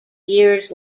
years